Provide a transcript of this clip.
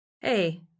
Hey